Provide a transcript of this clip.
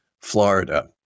Florida